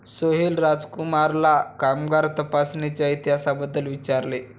सोहेल राजकुमारला कामगार तपासणीच्या इतिहासाबद्दल विचारले